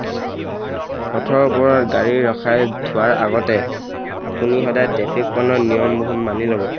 পথৰ ওপৰত গাড়ী ৰখাই থোৱাৰ আগতে আপুনি সদায় ট্ৰেফিক পইণ্টৰ নিয়মবোৰহঁত মানি ল'ব